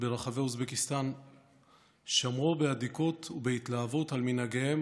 ברחבי אוזבקיסטן שמרו באדיקות ובהתלהבות על מנהגיהם,